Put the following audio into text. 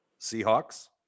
Seahawks